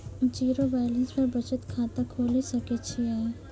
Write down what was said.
Zero balance पर बचत खाता खोले सकय छियै?